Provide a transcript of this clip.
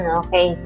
okay